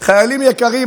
חיילים יקרים,